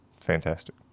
fantastic